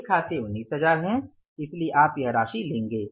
देय खाते 19000 हैं इसलिए आप यह राशि लेंगे